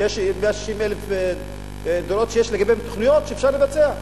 יש 160,000 דירות שיש לגביהן תוכניות שאפשר לבצע.